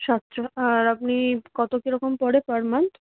সাতটা আর আপনি কতো কীরকম পড়ে পার মান্থ